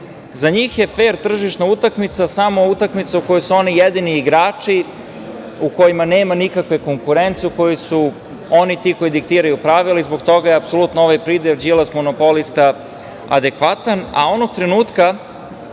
njih je fer tržišna utakmica samo utakmica u kojoj su oni jedini igrači u kojima nema nikakve konkurencije, u kojoj su oni ti koji diktiraju pravila i zbog toga je apsolutno ovaj pridev – Đilas monopolista adekvatan. Onog trenutka